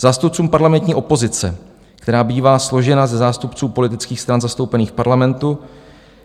Zástupcům parlamentní opozice, která bývá složena ze zástupců politických stran zastoupených v parlamentu,